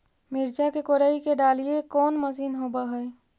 मिरचा के कोड़ई के डालीय कोन मशीन होबहय?